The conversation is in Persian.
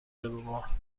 بابا